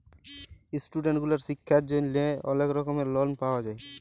student গুলার শিক্ষার জন্হে অলেক রকম লন পাওয়া যায়